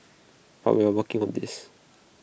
but we are working on this